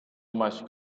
much